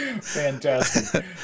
Fantastic